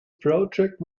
project